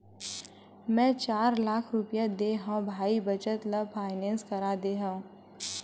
मै चार लाख रुपया देय हव भाई बचत ल फायनेंस करा दे हँव